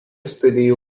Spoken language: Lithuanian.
studijų